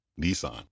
Nissan